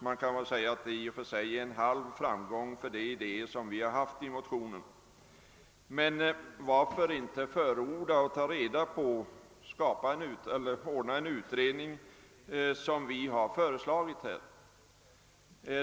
Man kan väl säga att det är en halv framgång för de idéer, som vi har givit uttryck för i vår motion. Men varför inte företa en utredning som vi har föreslagit?